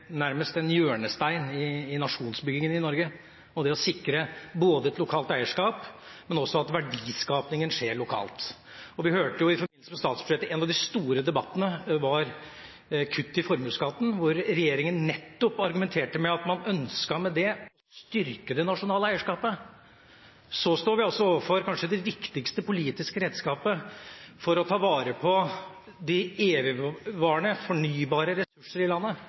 nærmest en hjørnestein i nasjonsbyggingen i Norge, det å sikre både et lokalt eierskap og at verdiskapinga skjer lokalt. Vi hørte i forbindelse med statsbudsjettet at en av de store debattene gikk på kutt i formuesskatten, hvor regjeringa nettopp argumenterte med at man med det ønsket å styrke det nasjonale eierskapet. Så står vi altså overfor kanskje det viktigste politiske redskapet for å ta vare på de evigvarende, fornybare ressursene i landet,